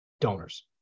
donors